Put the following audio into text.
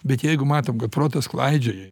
bet jeigu matom kad protas klaidžioja